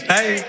Hey